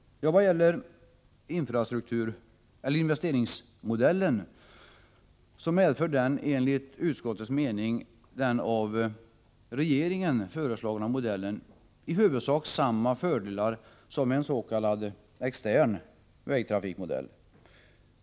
Enligt utskottets mening medför den av regeringen föreslagna investeringsmodellen i huvudsak samma fördelar som en s.k. extern vägtrafikmodell.